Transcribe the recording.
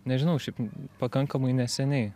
nežinau šiaip pakankamai neseniai